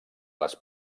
les